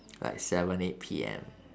like seven eight P_M